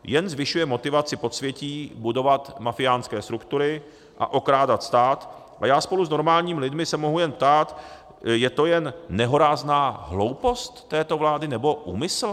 Jen zvyšuje motivaci podsvětí budovat mafiánské struktury a okrádat stát, a já spolu s normálními lidmi se mohu jen ptát: je to jen nehorázná hloupost této vlády, nebo úmysl?